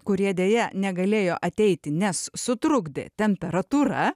kurie deja negalėjo ateiti nes sutrukdė temperatūra